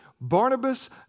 Barnabas